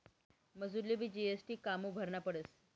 मजुरलेबी जी.एस.टी कामु भरना पडस?